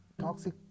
toxic